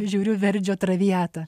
žiūriu verdžio traviatą